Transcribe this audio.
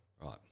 Right